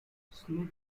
smith